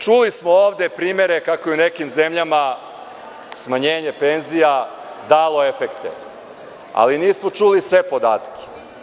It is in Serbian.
Čuli smo ovde primere kako je u nekim zemljama smanjenje penzija dalo efekte, ali nismo čuli sve podatke.